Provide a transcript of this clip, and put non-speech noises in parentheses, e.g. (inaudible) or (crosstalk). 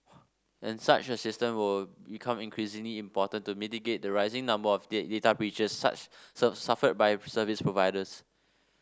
and such a system will become increasingly important to mitigate the rising number of date data breaches such (unintelligible) suffered by service providers